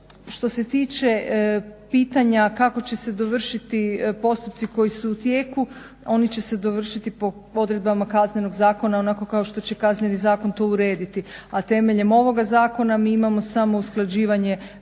Što se tiče pitanja kako će se dovršiti postupci koji su u tijeku oni će se dovršiti po odredbama Kaznenog zakona onako kao što će Kazneni zakon to urediti. A temeljem ovoga zakona mi imamo samo usklađivanje